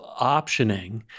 optioning